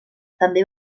també